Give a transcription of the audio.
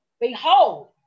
Behold